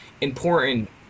important